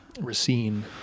Racine